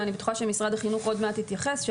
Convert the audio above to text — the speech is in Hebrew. ואני בטוחה שמשרד החינוך עוד מעט יתייחס לכך,